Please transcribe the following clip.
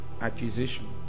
Accusation